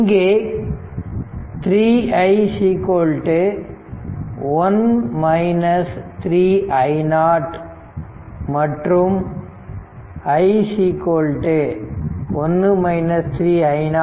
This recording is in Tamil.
இங்கே என்பதால் 3 i 1 3 i0 மற்றும் i 1 3 i0 3